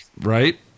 Right